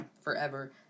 forever